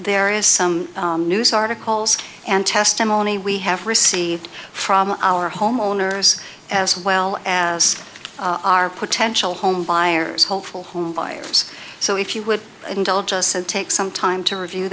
there is some news articles and testimony we have received from our homeowners as well as our potential home buyers hopeful home buyers so if you would indulge us and take some time to review